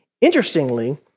Interestingly